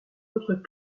autre